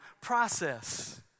process